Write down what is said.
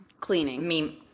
cleaning